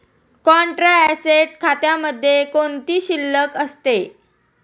Contra asset खात्यामध्ये कोणती शिल्लक असते?